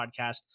podcast